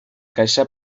caixa